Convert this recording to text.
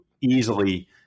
easily